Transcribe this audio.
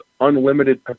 unlimited